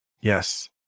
Yes